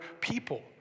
people